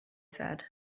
said